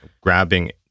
grabbing